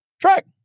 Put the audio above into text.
Track